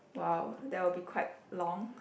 wow that will be quite long